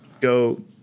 go